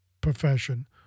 profession